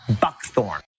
Buckthorn